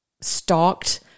stalked